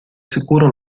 sicuro